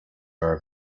are